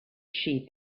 sheep